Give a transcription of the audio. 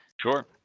Sure